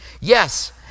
Yes